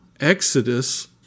Exodus